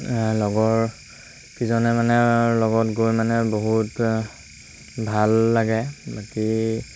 লগৰকেইজনে মানে লগত গৈ মানে বহুত ভাল লাগে বাকী